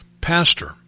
pastor